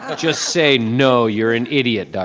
ah just say no, you're an idiot, dr.